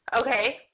Okay